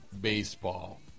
baseball